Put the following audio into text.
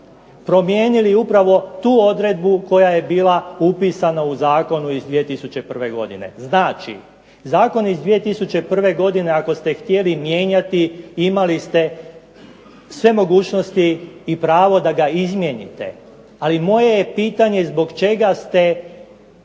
promijenili upravo tu odredbu koja je bila upisana u Zakonu iz 2001. godine. Znači, Zakon iz 2001. godine ako ste htjeli mijenjati imali ste sve mogućnosti i pravo da ga izmijenite, ali moje je pitanje zbog čega ste